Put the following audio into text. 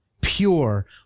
pure